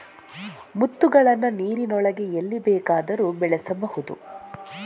ಮುತ್ತುಗಳನ್ನು ನೀರಿನೊಳಗೆ ಎಲ್ಲಿ ಬೇಕಾದರೂ ಬೆಳೆಸಬಹುದು